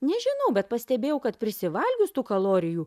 nežinau bet pastebėjau kad prisivalgius tų kalorijų